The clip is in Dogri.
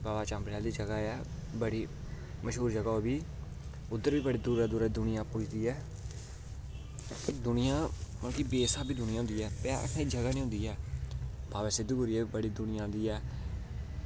बाबा चाम्बड़ आह्ली जगह ऐ बड़ी शैल जगह ओह्बी उद्धर बी बड़ी दूरा दूरा दुनियां पुज्जदी ऐ दुनियां बड़ी बेस्हाबी दुनियां होंदी ऐ पैर रक्खने दी जगह निं होंदी ऐ बाबा सिद्ध गौरिये दे बी बड़ी दुनियां औंदी ऐ